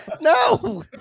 No